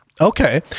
Okay